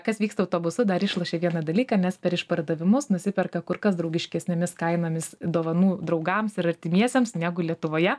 kas vyksta autobusu dar išlošia vieną dalyką nes per išpardavimus nusiperka kur kas draugiškesnėmis kainomis dovanų draugams ir artimiesiems negu lietuvoje